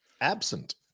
Absent